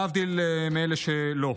להבדיל מאלה שלא,